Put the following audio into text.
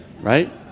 right